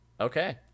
okay